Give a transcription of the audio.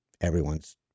everyone's